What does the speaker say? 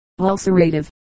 ulcerative